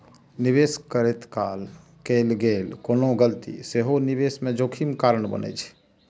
निवेश करैत काल कैल गेल कोनो गलती सेहो निवेश मे जोखिम कारण बनै छै